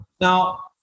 Now